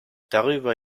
darüber